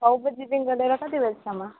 छ बजीदेखिको लिएर कति बजीसम्म